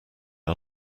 are